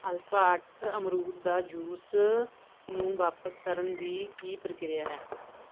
alpha ਅੱਠ ਅਮਰੂਦ ਦਾ ਜੂਸ ਨੂੰ ਵਾਪਸ ਕਰਨ ਦੀ ਕੀ ਪ੍ਰਕਿਰਿਆ ਹੈ